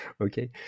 Okay